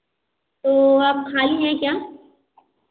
तो आप खाली है क्या